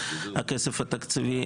הכסף התקציבי,